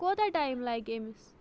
کوتاہ ٹایم لَگہِ أمِس